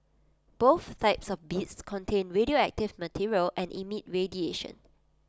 both types of beads contain radioactive material and emit radiation